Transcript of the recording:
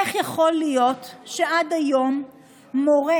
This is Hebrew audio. איך יכול להיות שעד היום מורה,